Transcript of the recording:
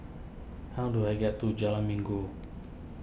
how do I get to Jalan Minggu